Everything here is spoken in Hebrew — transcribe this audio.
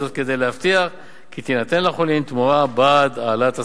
וזאת כדי להבטיח כי תינתן לחולים תמורה בעד העלאת השכר.